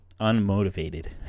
unmotivated